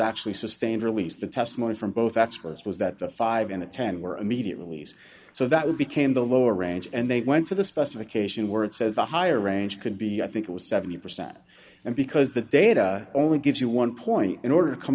actually sustained release the testimony from both experts was that the five and the ten were immediate release so that we became the lower range and they went to the specification where it says the higher range could be i think it was seventy percent and because the data only gives you one point in order to come